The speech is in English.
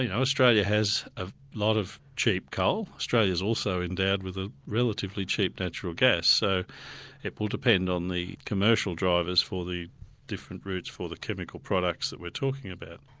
yeah australia has a lot of cheap coal. australia is also endowed with a relatively cheap natural gas. so it will depend on the commercial drivers for the different routes for the chemical products that we're talking about.